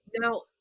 Now